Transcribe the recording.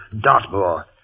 Dartmoor